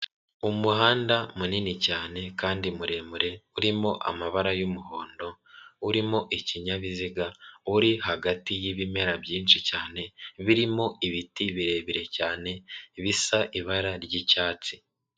Umuhanda munini cyane kandi muremure urimo amabara y'umuhondo, urimo ikinyabiziga uri hagati y'ibimera byinshi cyane birimo ibiti birebire cyane bisa ibara ry'icyatsi.